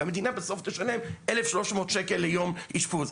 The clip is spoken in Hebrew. והמדינה בסוף תשלם 1,300 שקל ליום אשפוז.